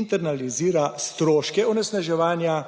internalizira stroške onesnaževanja,